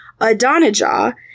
Adonijah